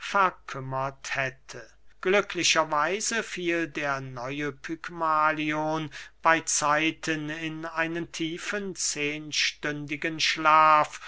verkümmert hätte glücklicher weise fiel der neue pygmalion bey zeiten in einen tiefen zehenstündigen schlaf